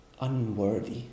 Unworthy